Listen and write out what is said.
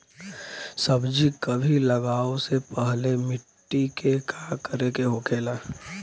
सब्जी कभी लगाओ से पहले मिट्टी के का करे के होखे ला?